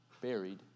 buried